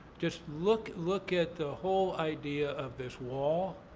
just look look at the whole idea of this wall.